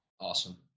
Awesome